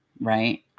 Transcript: right